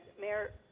Mayor